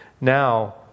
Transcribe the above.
now